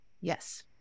yes